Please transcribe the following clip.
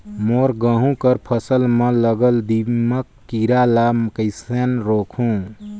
मोर गहूं कर फसल म लगल दीमक कीरा ला कइसन रोकहू?